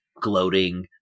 gloating